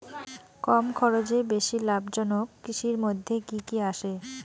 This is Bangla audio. কম খরচে বেশি লাভজনক কৃষির মইধ্যে কি কি আসে?